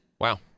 Wow